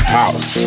house